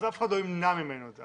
אז אף אחד לא ימנע ממנו את זה.